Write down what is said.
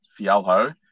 Fialho